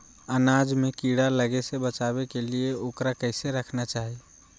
अनाज में कीड़ा लगे से बचावे के लिए, उकरा कैसे रखना चाही?